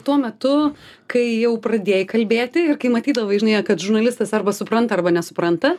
tuo metu kai jau pradėjai kalbėti ir kai matydavai žinai kad žurnalistas arba supranta arba nesupranta